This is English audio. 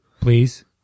Please